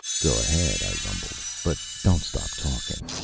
go ahead, i rumbled. but don't stop talking!